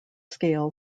scale